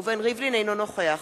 אינו נוכח